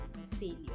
failure